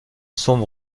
sombre